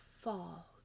fall